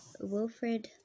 Wilfred